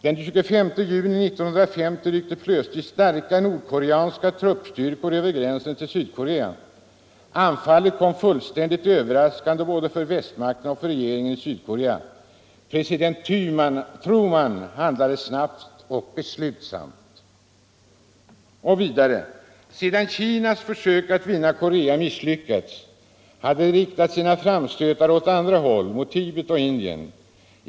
Den 25 juni 1950 ryckte plötsligt starka nordkoreanska truppstyrkor över gränsen till Sydkorea. Anfallet kom fullständigt överraskande både för västmakterna och för regeringen i Sydkorea. President Truman handlade snabbt och beslutsamt.” Vidare: ”Sedan Kinas försök att vinna Korea misslyckats, har de riktat sina framstötar åt andra håll, mot Tibet och Indien.